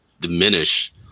diminish